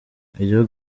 ibyo